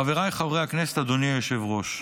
חבריי חברי הכנסת, אדוני היושב-ראש,